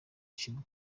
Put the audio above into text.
ushyirwa